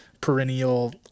perennial